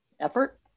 effort